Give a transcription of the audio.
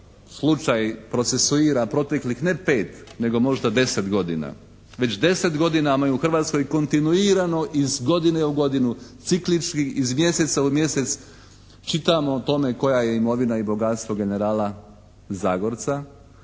slučaj procesuira proteklih ne 5 nego možda 10 godina. Već 10 godina se u Hrvatskoj kontinuirano iz godine u godinu, ciklički iz mjeseca u mjesec, čitamo o tome koja je imovina i bogatstvo generala Zagorca